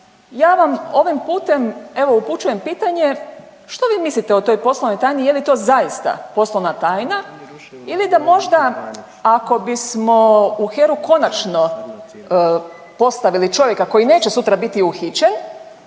Ja vam ovim putem evo upućujem pitanje što vi mislite o toj poslovnoj tajni je li to zaista poslovna tajna ili da možda ako bismo u HERA-u konačno postavili čovjeka koji neće sutra biti uhićen,